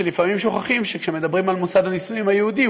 שלפעמים שוכחים שכשמדברים על מוסד הנישואים היהודי,